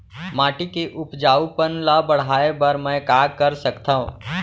माटी के उपजाऊपन ल बढ़ाय बर मैं का कर सकथव?